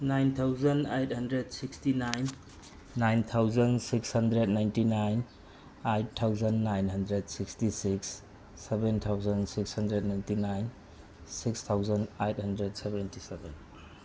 nine thousand eight hundred sixty nine nine thousand six hundred ninety nine eight thousand nine hundred sixty six seven thousand six hundred ninety nine six thousand eight hundred seventy seven